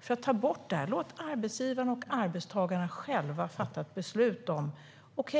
för att ta bort detta. Låt arbetsgivarna och arbetstagarna själva fatta ett beslut om att